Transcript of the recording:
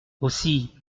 aussi